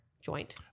joint